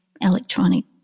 electronic